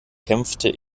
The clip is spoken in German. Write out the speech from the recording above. kämpfte